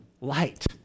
Light